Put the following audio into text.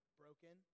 broken